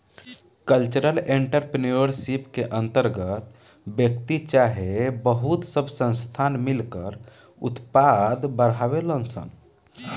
cultural entrepreneurship के अंतर्गत व्यक्ति चाहे बहुत सब संस्थान मिलकर उत्पाद बढ़ावेलन सन